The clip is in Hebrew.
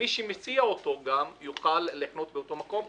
שמי שמסיע אותו יוכל לחנות באותו מקום,